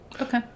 Okay